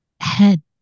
head